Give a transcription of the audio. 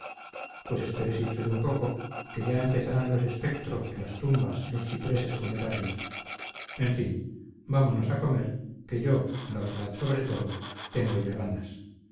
pues espérese usted un poco que ya empezarán los espectros las tumbas los cipreses funerarios en fin vámonos a comer que yo la verdad sobre todo tengo ya ganas